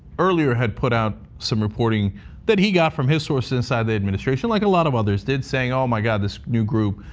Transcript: earlier had put out some reporting that he got from his source inside the administration, like a lot of other did, saying oh, my god. this new group.